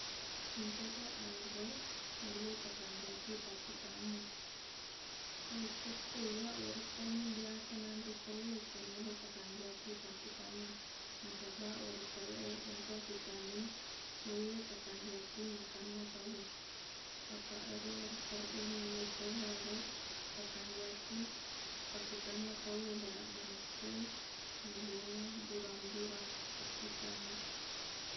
Engkaga anre nulle pakanjaki pakkitangnge saisekkuq iyaq wortelmi biasa naanre tauwe ko meloq pakanjaki pakkitanna nasabaq wortel e engka vitamin naulle pakanjaki matanna tauwe apaq ero wortel e nulleto gareq pakanjaki pakkitanna tauwe baraq manessai na deqna buram-buram pakkitanna